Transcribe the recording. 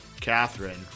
Catherine